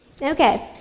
Okay